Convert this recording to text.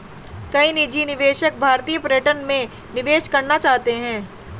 कई निजी निवेशक भारतीय पर्यटन में निवेश करना चाहते हैं